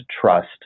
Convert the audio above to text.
trust